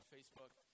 Facebook